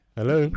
Hello